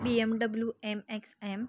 P M W M X M